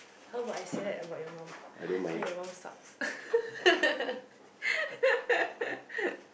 how about I say that about your mum eh your mum sucks